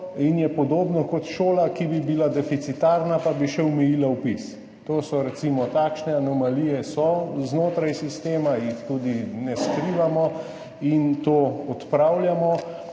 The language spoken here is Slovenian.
in je podobno kot šola, ki bi bila deficitarna in bi vpis še omejila? To so recimo takšne anomalije znotraj sistema, jih tudi ne skrivamo in to odpravljamo.